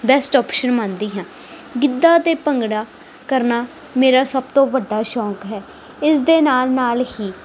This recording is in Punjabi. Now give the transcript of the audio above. ਬੈਸਟ ਓਪਸ਼ਨ ਮੰਨਦੀ ਹਾਂ ਗਿੱਧਾ ਅਤੇ ਭੰਗੜਾ ਕਰਨਾ ਮੇਰਾ ਸਭ ਤੋਂ ਵੱਡਾ ਸ਼ੌਂਕ ਹੈ ਇਸਦੇ ਨਾਲ ਨਾਲ ਹੀ